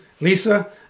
Lisa